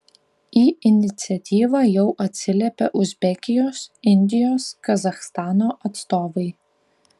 į iniciatyvą jau atsiliepė uzbekijos indijos kazachstano atstovai